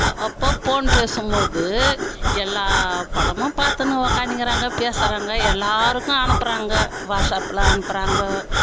அ அப்போ ஃபோன் பேசும்போது எல்லா படமும் பார்த்துன்னு உட்காந்துக்குறாங்கோ பேசுகிறாங்க எல்லாருக்கும் அனுப்புகிறாங்க வாட்ஸ்அப்பில் அனுப்புகிறாங்கோ